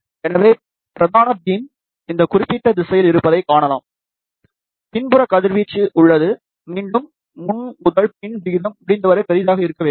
எனவே பிரதான பீம் இந்த குறிப்பிட்ட திசையில் இருப்பதைக் காணலாம் பின்புற கதிர்வீச்சு உள்ளது மீண்டும் முன் முதல் பின் விகிதம் முடிந்தவரை பெரியதாக இருக்க வேண்டும்